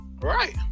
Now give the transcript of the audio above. Right